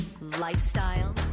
lifestyle